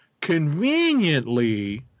Conveniently